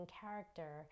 character